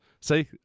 See